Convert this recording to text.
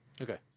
Okay